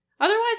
Otherwise